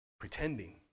Pretending